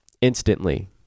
instantly